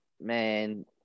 man